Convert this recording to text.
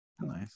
Nice